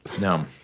No